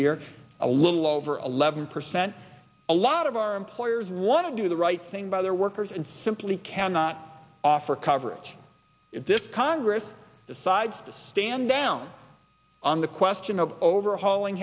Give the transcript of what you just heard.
year a little over eleven percent a lot of our employers want to do the right thing by their workers and simply cannot offer coverage if this congress decides to stand down on the question of overhauling